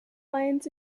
lines